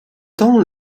temps